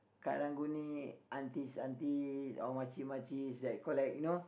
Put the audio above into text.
karang-guni aunties auntie or makcik-makcik that collect you know